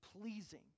pleasing